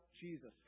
Jesus